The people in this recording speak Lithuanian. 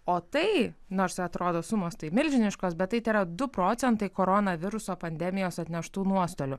o tai nors atrodo sumos tai milžiniškos bet tai tėra du procentai korona viruso pandemijos atneštų nuostolių